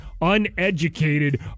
uneducated